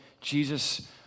Jesus